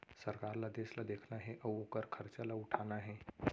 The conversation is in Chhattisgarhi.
सरकार ल देस ल देखना हे अउ ओकर खरचा ल उठाना हे